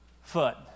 foot